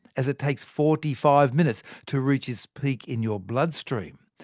as it takes forty five minutes to reach its peak in your bloodstream.